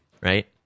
Right